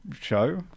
show